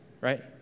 right